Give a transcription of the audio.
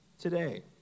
today